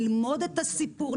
ללמוד את הסיפור,